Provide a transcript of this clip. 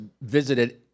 visited